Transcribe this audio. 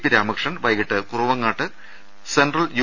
P Ramakrishnan വൈകീട്ട് Kuruvangad central U